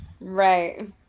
Right